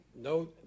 No